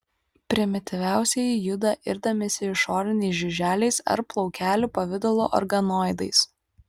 primityviausieji juda irdamiesi išoriniais žiuželiais ar plaukelių pavidalo organoidais